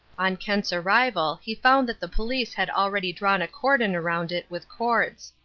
on kent's arrival he found that the police had already drawn a cordon around it with cords.